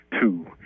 two